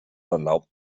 erlaubt